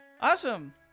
awesome